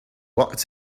walked